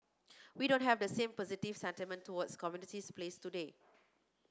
we don't have the same positive sentiment towards commodities plays today